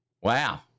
Wow